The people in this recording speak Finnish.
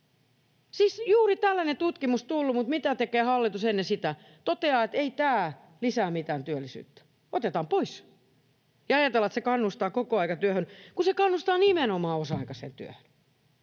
Siis juuri tällainen tutkimus tullut, mutta mitä tekee hallitus ennen sitä? Toteaa, että ei tämä lisää mitään työllisyyttä. Otetaan pois, ja ajatellaan, että se kannustaa kokoaikatyöhön, kun se kannustaa nimenomaan osa-aikaiseen työhön.